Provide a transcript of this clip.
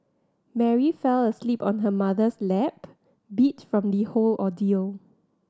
Mary fell asleep on her mother's lap beat from the whole ordeal